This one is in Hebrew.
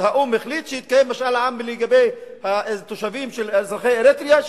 האו"ם החליט שיתקיים משאל עם לגבי התושבים של אזרחי אריתריאה,